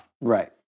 Right